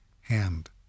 hand